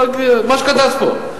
מה שכתבת פה,